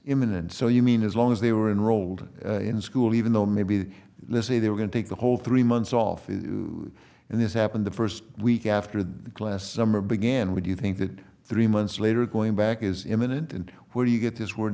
imminent so you mean as long as they were enrolled in school even though maybe the lyce they were going to take the whole three months off and this happened the first week after the class summer began would you think that three months later going back is imminent and where do you get this word